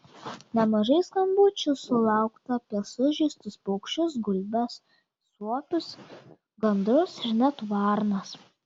nemažai skambučių sulaukta apie sužeistus paukščius gulbes suopius gandrus ir net varnas